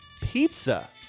Pizza